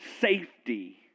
safety